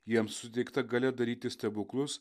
jiems suteikta galia daryti stebuklus